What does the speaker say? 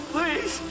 Please